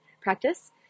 practice